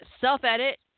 self-edit